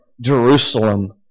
Jerusalem